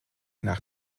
nach